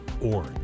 org